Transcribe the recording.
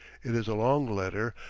it is a long letter,